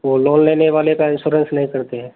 वो लोन लेने वाले का इंश्योरेंस नहीं करते हैं